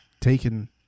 Taken